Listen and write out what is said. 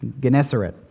Gennesaret